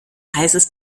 heißes